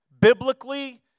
biblically